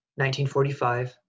1945